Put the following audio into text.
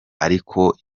ariko